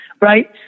right